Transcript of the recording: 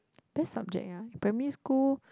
best subject ah in primary school